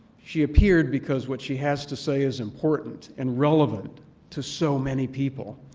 she appeared because what she has to say is important and relevant to so many people.